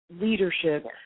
leadership